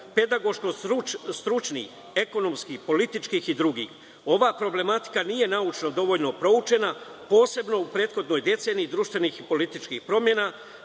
pedagoško stručnih, ekonomskih, političkih i dr.Ova problematika nije naučno dovoljno proučena, posebno u prethodnoj deceniji društvenih i političkih promena,